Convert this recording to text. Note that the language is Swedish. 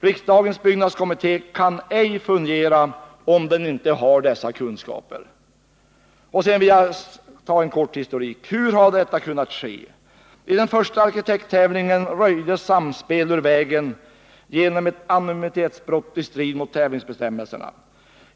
Riksdagsbyggnadskommittén kan ej fungera utan dessa kunskaper. Sedan vill jag göra en kort historik. Hur har då detta kunnat ske? I den första arkitekttävlingen röjdes Samspel ur vägen genom ett anonymitetsbrott i strid mot tävlingsbestämmelserna.